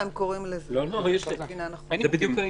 דברי ההסבר הם הנימוקים בעצם, ככה הם קוראים לזה.